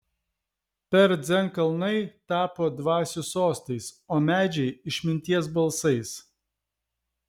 per dzen kalnai tapo dvasių sostais o medžiai išminties balsais